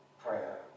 prayer